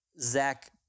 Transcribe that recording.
Zach